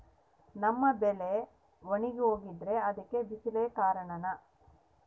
ನಮ್ಮ ಬೆಳೆ ಒಣಗಿ ಹೋಗ್ತಿದ್ರ ಅದ್ಕೆ ಬಿಸಿಲೆ ಕಾರಣನ?